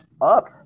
up